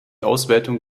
auswertung